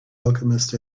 alchemist